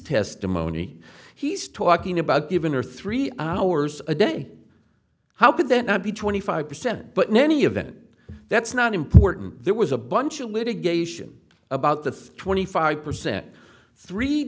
testimony he's talking about given her three hours a day how could that not be twenty five percent but in any event that's not important there was a bunch of litigation about the twenty five percent three